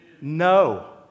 No